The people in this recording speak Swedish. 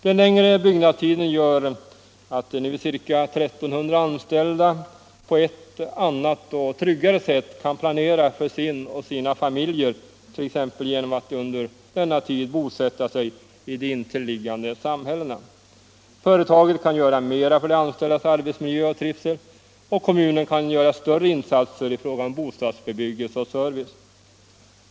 Den längre byggnadstiden gör att de nu ca 1 300 anställda på ett annat och tryggare sätt kan planera för sig och sina familjer, t.ex. genom att under denna tid bosätta sig i de intilliggande samhällena. Företaget kan göra mer för de anställdas arbetsmiljö och trivsel, och kommunen kan göra större insatser i fråga om bostadsbebyggelse och service.